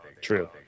True